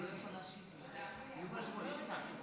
ההצעה להעביר